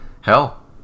hell